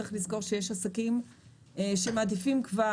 צריך לזכור שיש עסקים שמעדיפים כבר,